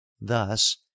Thus